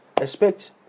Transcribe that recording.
expect